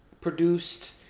produced